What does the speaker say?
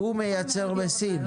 הוא מייצר בסין.